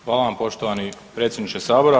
Hvala vam poštovani predsjedniče Sabora.